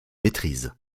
maîtrise